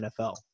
NFL